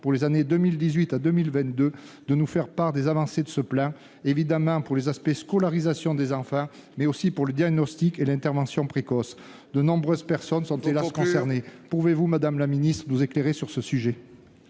pour les années 2018 à 2022, de nous faire part des avancées de ce plan, évidemment pour les aspects relatifs à la scolarisation de ces enfants, mais aussi pour le diagnostic et l'intervention précoces. De nombreuses personnes sont, hélas ! concernées. Il faut conclure ! Pouvez-vous, madame la secrétaire d'État, nous éclairer sur ce sujet ?